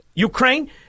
ukraine